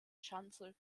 schanze